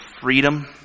freedom